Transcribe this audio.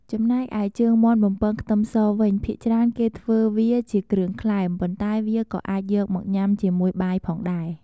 ចំណែកឯជើងមាន់បំពងខ្ទឹមសវិញ ភាគច្រើនគេធ្វើវាជាគ្រឿងក្លែម ប៉ុន្តែវាក៏អាចយកមកញ៉ាំជាមួយបាយផងដែរ។